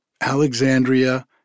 Alexandria